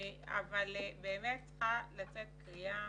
אבל באמת צריכה לצאת קריאה